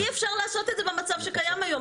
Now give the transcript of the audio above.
אי אפשר לעשות את זה במצב שקיים היום.